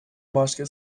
başka